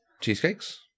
cheesecakes